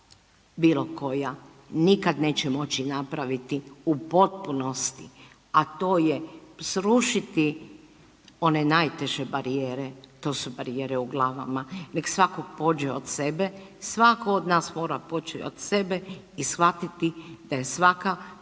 bilo koja nikad neće moći napraviti u potpunosti, a to je srušiti one najteže barijere, to su barijere u glavama, nek svako pođe od sebe, svako od nas mora poći od sebe i shvatiti da je svaka